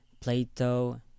Plato